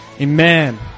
Amen